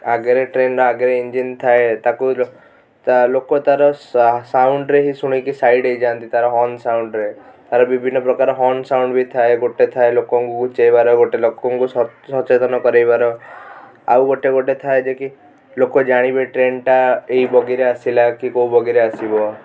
ଆଗରେ ଟ୍ରେନ୍ ଆଗରେ ଇଞ୍ଜିନ୍ ଥାଏ ତାକୁ ଲୋକ ତା'ର ସା ସାଉଣ୍ଡ୍ରେ ହିଁ ଶୁଣିକି ସାଇଟ୍ ହେଇଯାନ୍ତି ତାର ହର୍ନ ସାଉଣ୍ଡ୍ରେ ତା'ର ବିଭିନ୍ନ ପ୍ରକାର ହର୍ନ ସାଉଣ୍ଡ୍ ବି ଥାଏ ଗୋଟେ ଥାଏ ଲୋକଙ୍କୁ ଘୁଞ୍ଚେଇବାର ଗୋଟେ ଲୋକଙ୍କୁ ସଚେତନ କରିବାର ଆଉ ଗୋଟେ ଗୋଟେ ଥାଏ ଯେ କି ଲୋକ ଜାଣିବେ ଟ୍ରେନ୍ଟା ଏଇ ବଗିରେ ଆସିଲା କି କେଉଁ ବଗିରେ ଆସିବ